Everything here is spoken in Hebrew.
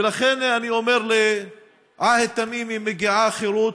ולכן אני אומר שלעהד תמימי מגיעה חירות,